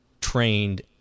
trained